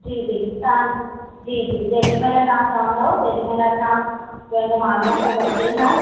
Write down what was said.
जी जी तव्हां जी जी जेॾीमहिल तव्हां चवंदव तेॾीमहिल असां पंहिंजो माण्हूअ खे मोकिलींदासीं